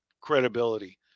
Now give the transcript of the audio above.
credibility